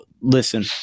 Listen